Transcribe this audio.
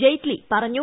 ജെയ്റ്റ്ലി പറഞ്ഞു